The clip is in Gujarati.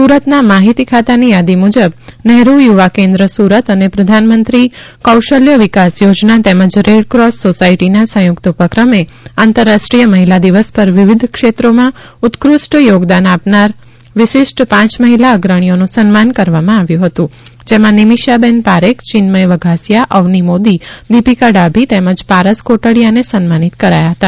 સુરત માહિતી ખાતાની યાદી મુજબ નહેરૂ થુવા કેન્દ્ર સુરત અને પ્રધાનમંત્રી કૌશલ્ય વિકાસ થોજના તેમજ રેડ ક્રોસ સૌસાથટીના સંયુક્ત ઉપક્રમે આંતરરાષ્ટ્રીય મહિલા દિવસ પર વિવિધ ક્ષેત્રોમાં ઉત્કૃષ્ટ થોગદાન આપનાર વિશિષ્ટ પાંચ મહિલા અગ્રણીઓનું સન્માન કરવામાં આવ્યું હતું જેમાં નિમિષાબેન પારેખ ચિન્મથ વધાસિયા અવની મોદી દીપિકા ડાભી તેમજ પારસ કોટડીયાને સન્માનિત કરાયા હતા